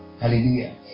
Hallelujah